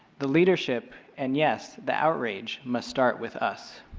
the leadership and, yes, the outrage must start with us.